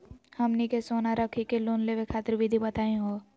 हमनी के सोना रखी के लोन लेवे खातीर विधि बताही हो?